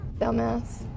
Dumbass